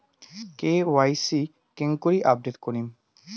KYC কেঙ্গকরি update করিম?